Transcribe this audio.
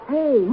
Hey